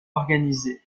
organisés